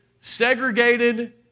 segregated